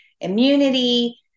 immunity